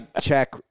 check